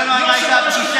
ספר לנו על מה הייתה הפגישה.